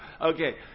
Okay